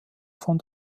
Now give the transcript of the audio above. von